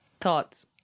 thoughts